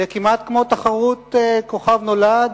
זה כמעט כמו תחרות "כוכב נולד",